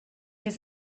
his